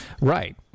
Right